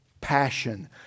passion